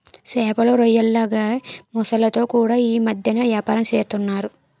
సేపలు, రొయ్యల్లాగే మొసల్లతో కూడా యీ మద్దెన ఏపారం సేస్తన్నారు